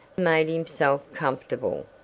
made himself comfortable,